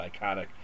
iconic